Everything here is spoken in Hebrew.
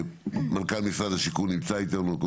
מנכ"ל משרד השיכון נמצא איתנו,